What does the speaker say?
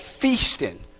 feasting